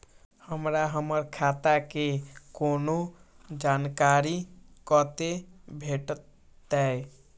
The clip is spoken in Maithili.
हमरा हमर खाता के कोनो जानकारी कते भेटतै